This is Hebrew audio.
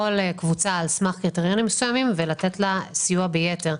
כל קבוצה על סמך קריטריונים מסוימים ולתת לה סיוע ביתר.